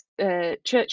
Church